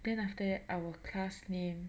then after that our class name